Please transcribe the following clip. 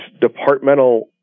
departmental